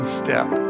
step